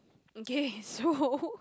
okay so